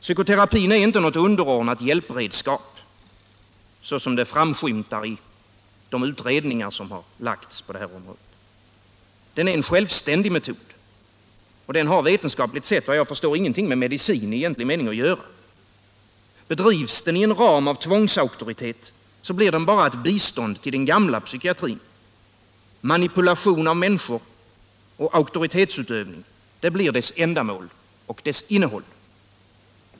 Psykoterapin är inte något underordnat hjälpredskap, såsom det framskymtar i de utredningar som lagts fram på detta område. Den är en självständig metod. Den har vetenskapligt sett enligt vad jag förstår inget med medicin i egentlig mening att göra. Bedrivs den i en ram av tvångsauktoritet, blir den bara ett bistånd till den gamla psykiatrin. Manipulation av människor och auktoritetsutövning blir dess ändamål och innehåll.